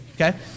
okay